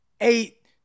eight